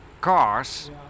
cars